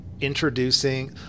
introducing